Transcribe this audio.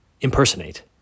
impersonate